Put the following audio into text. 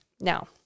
Now